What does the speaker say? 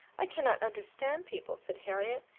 i cannot understand people, said harriet.